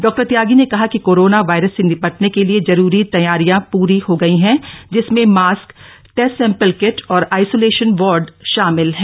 doctor Tyagi ने कहा कि कोरोना वायरस से निपटने के लिए जरूरी तैयारियां पूरी हो गई हैं जिसमें मास्क टेस्ट सैंपल किट और आइसोलेशन वार्ड शामिल हैं